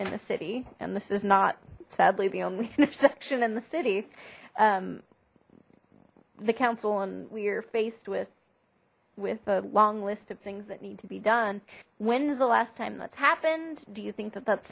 in the city and this is not sadly the only intersection in the city the council and we are faced with with a long list of things that need to be done when's the last time that's happened do you think that that's